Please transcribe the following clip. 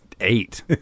eight